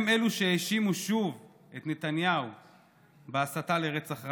הם אלו שהאשימו שוב את נתניהו בהסתה לרצח רבין,